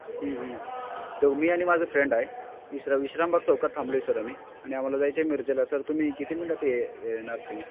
तो मी आणि माझा फ्रेंड आहे विशा विश्रामबाग चौकात थांबलो आहे सर आम्ही आणि आम्हाला जायचं आहे मिरजेला सर तुम्ही किती मिनटात ये येणार तुम्ही